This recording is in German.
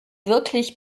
wirklich